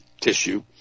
tissue